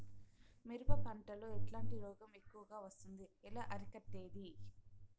మిరప పంట లో ఎట్లాంటి రోగం ఎక్కువగా వస్తుంది? ఎలా అరికట్టేది?